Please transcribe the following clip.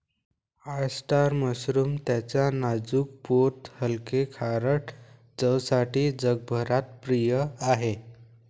oyster mushroom त्याच्या नाजूक पोत हलके, खारट चवसाठी जगभरात प्रिय आहे